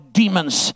demons